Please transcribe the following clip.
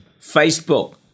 Facebook